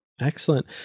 Excellent